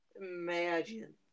Imagine